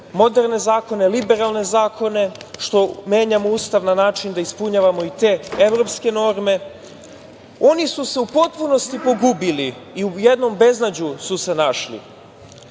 moderne zakone, liberalne zakone, što menjamo Ustav na način da ispunjavamo i te evropske norme, oni su se u potpunosti pogubili i u jednom beznađu su se našli. Na